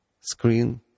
screen